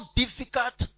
difficult